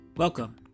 Welcome